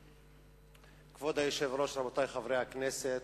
כבוד היושב-ראש, רבותי חברי הכנסת,